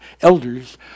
elders